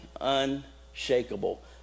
Unshakable